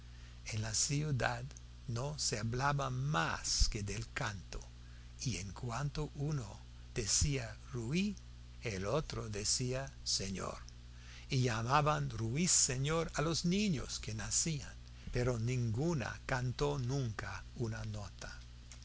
en la ciudad no se hablaba más que del canto y en cuanto uno decía rui el otro decía señor y llamaban ruiseñor a los niños que nacían pero ninguno cantó nunca una nota